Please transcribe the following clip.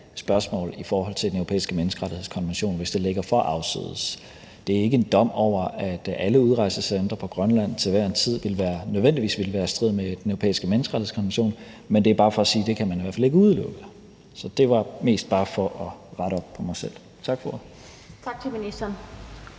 spørgsmål i forhold til Den Europæiske Menneskerettighedskonvention, hvis det ligger for afsides. Det er ikke en dom over, at alle udrejsecentre i Grønland til hver en tid nødvendigvis vil være i strid med Den Europæiske Menneskerettighedskonvention, men det er bare for at sige, at det kan man i hvert fald ikke udelukke. Det var mest bare for at rette det, jeg selv havde sagt. Tak for ordet.